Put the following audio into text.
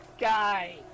Guy